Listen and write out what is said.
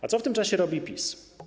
A co w tym czasie robi PiS?